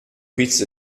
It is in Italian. quiz